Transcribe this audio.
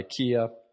Ikea